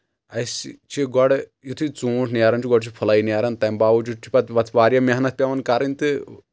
اَسہِ چھِ گۄڈٕ یُتھٕے ژوٗنٛٹھ نیران چھُ گۄڈٕ چھِ پھٕلے نیران تہٕ تَمہِ باوجوٗد چھِ پَتہٕ پَتہٕ واریاہ محنت پیٚوان کَرٕنۍ تہٕ